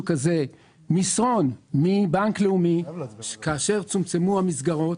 כזה מסרון מבנק לאומי כאשר צומצמו המסגרות: